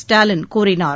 ஸ்டாலின் கூறினார்